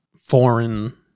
foreign